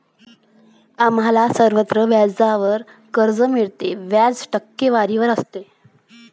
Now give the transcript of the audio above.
आम्हाला सर्वत्र व्याजावर कर्ज मिळते, व्याज टक्केवारीवर असते